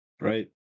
right